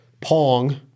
Pong